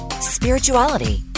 spirituality